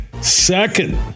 Second